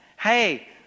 Hey